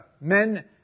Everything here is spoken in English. men